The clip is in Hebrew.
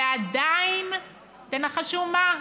ועדיין, תנחשו מה?